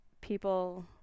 people